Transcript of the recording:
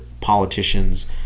politicians